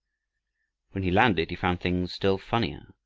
when he landed he found things still funnier.